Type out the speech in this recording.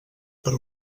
per